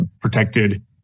protected